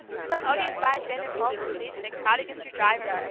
some odious bystander calls the police, they crowd against your driver,